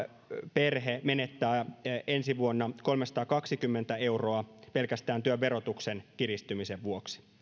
perhe menettää ensi vuonna kolmesataakaksikymmentä euroa pelkästään työn verotuksen kiristymisen vuoksi